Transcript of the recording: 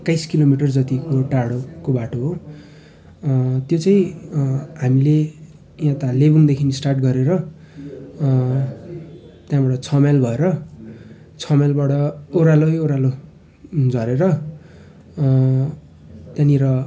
एक्काइस किलोमिटर जतिको टाढाको बाटो हो अँ त्यो चाहिँ अँ हामीले यता लेबोङदेखि स्टार्ट गरेर अँ त्यहाँबाट छ माइल भएर छ माइलबाट ओह्रालै ओह्रालो झरेर अँ त्यहाँनेर